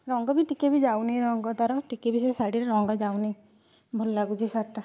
ରଙ୍ଗ ବି ଟିକେ ଯାଉନି ରଙ୍ଗ ତାର ଟିକେ ବି ସେ ଶାଢ଼ୀର ରଙ୍ଗ ଯାଉନି ଭଲ ଲାଗୁଛି ଶାଢ଼ୀଟା